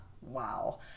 Wow